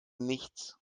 nichts